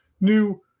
new